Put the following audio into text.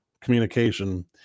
communication